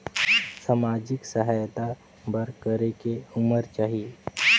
समाजिक सहायता बर करेके उमर चाही?